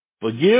Forgive